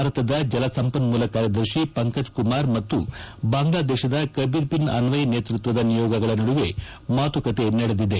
ಭಾರತದ ಜಲಸಂಪನ್ನೂಲ ಕಾರ್ಯದರ್ಶಿ ಪಂಕಜ್ ಕುಮಾರ್ ಮತ್ತು ಬಾಂಗ್ವಾದೇಶದ ಕಬಿರ್ ಬಿನ್ ಅನ್ನಯ್ ನೇತೃತ್ವದ ನಿಯೋಗಗಳ ನಡುವೆ ಮಾತುಕತೆ ನಡೆದಿದೆ